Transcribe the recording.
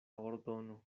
ordono